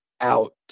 out